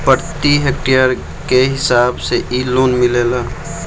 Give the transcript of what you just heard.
प्रति हेक्टेयर के हिसाब से इ लोन मिलेला